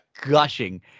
gushing